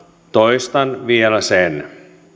toistan vielä sen